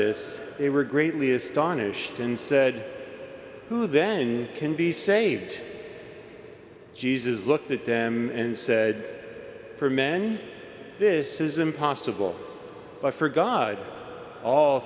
this they were greatly astonished and said who then can be saved jesus looked at them and said for men this is impossible but for god all